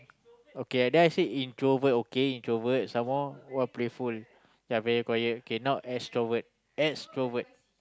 okay and I say introvert okay introvert some more what playful they're very quiet okay now extrovert extrovert